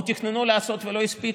או תכננו לעשות ולא הספיקו.